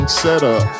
setup